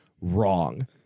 wrong